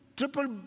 triple